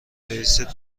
رئیست